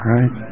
Right